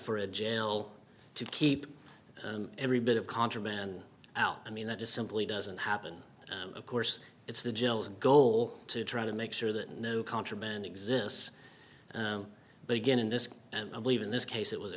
for a jail to keep every bit of contraband out i mean that just simply doesn't happen of course it's the gels and goal to try to make sure that no contraband exists begin in this and i believe in this case it was a